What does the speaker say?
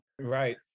Right